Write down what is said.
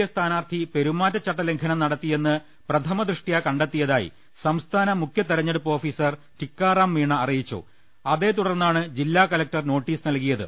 A സ്ഥാനാർത്ഥി പെരുമാറ്റച്ചട്ട ലംഘനം നടത്തിയെന്ന് പ്രഥമ ദൃഷ്ട്യാ കണ്ടെത്തിയതായി സംസ്ഥാന മുഖ്യ തെരഞ്ഞെടുപ്പ് ഓഫീസർ ടിക്കാറാം മീണ അറിയിച്ചു അതേ തുടർന്നാണ് ജില്ലാ കലക്ടർ നോട്ടീസ് നൽകിയത്